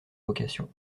vocation